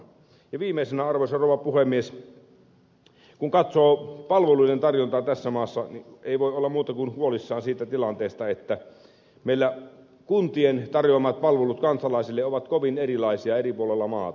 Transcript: ja viimeisenä arvoisa rouva puhemies kun katsoo palveluiden tarjontaa tässä maassa ei voi olla muuta kuin huolissaan siitä tilanteesta että meillä kuntien tarjoamat palvelut kansalaisille ovat kovin erilaisia eri puolilla maata